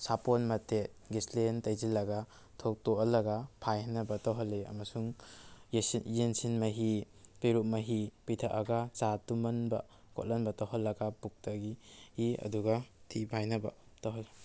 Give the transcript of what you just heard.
ꯁꯥꯄꯣꯟ ꯃꯇꯦꯛ ꯒꯦꯁꯂꯦꯟ ꯇꯩꯁꯤꯜꯂꯒ ꯊꯣꯛꯇꯣꯛꯍꯜꯂꯒ ꯐꯥꯏꯍꯟꯅꯕ ꯇꯧꯍꯜꯂꯤ ꯑꯃꯁꯨꯡ ꯌꯦꯟꯁꯤꯟ ꯃꯍꯤ ꯄꯦꯔꯨꯛ ꯃꯍꯤ ꯄꯤꯊꯛꯑꯒ ꯆꯥ ꯇꯨꯝꯍꯟꯕ ꯈꯣꯠꯍꯟꯕ ꯇꯧꯍꯜꯂꯒ ꯄꯨꯛꯇꯒꯤ ꯏ ꯑꯗꯨꯒ ꯊꯤ ꯐꯥꯏꯅꯕ ꯇꯧꯍꯜꯂꯤ